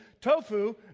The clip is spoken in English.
Tofu